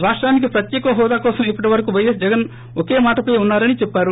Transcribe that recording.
రాష్టానికి ప్రత్యేక హోదా కోసం ఇప్పటివరకు పైఎస్ జగస్ ఒకే మాటపై ఉన్సారని చెప్పారు